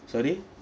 sorry